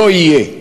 לא יהיה.